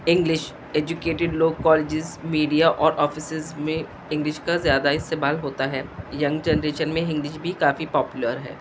English educated لوگ colleges media اور offices میں انگلش کا زیادہ استعمال ہوتا ہے ینگ جنریشن میں انگلش بھی کافی پاپولر ہے